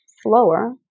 slower